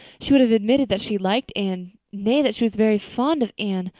she would have admitted that she liked anne nay, that she was very fond of anne.